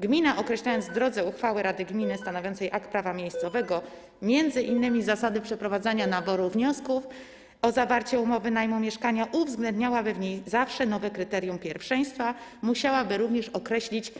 Gmina, określając w drodze uchwały rady gminy stanowiącej akt prawa miejscowego m.in. zasady przeprowadzania naboru wniosków o zawarcie umowy najmu mieszkania, uwzględniałaby w niej zawsze nowe kryterium pierwszeństwa, musiałaby również określić